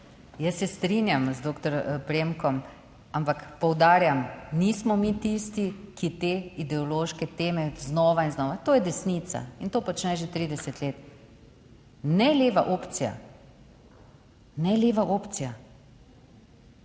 Jaz se strinjam z doktor Premkom, ampak poudarjam, nismo mi tisti, ki te ideološke teme znova in znova, to je desnica in to počne že 30 let. Ne leva opcija, ne leva opcija.